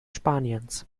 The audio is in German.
spaniens